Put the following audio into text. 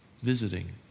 visiting